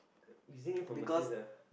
using it from assist ah